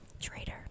traitor